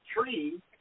tree